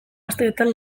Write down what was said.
asteetan